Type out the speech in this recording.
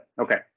Okay